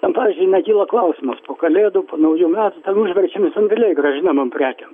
ten pavyzdžiui nekyla klausimas po kalėdų po naujų metų ten užverčiami sandėliai grąžinamom prekėm